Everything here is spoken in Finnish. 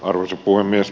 arvoisa puhemies